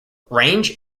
range